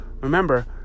remember